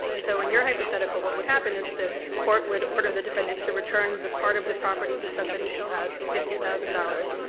and so in your hypothetical, what would happen is that the court would order the defendant to return the part of the property he took that he still has, the fifty thousand dollars,